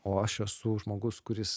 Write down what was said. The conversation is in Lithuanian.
o aš esu žmogus kuris